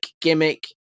gimmick